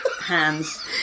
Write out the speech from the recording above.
hands